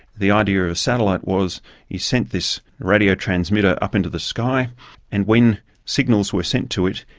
the idea of a satellite was you sent this radio transmitter up into the sky and when signals were sent to it,